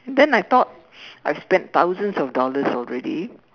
and then I thought I've spent thousands of dollars already